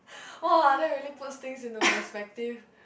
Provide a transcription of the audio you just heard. !wah! that really puts things into the perspective